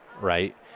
right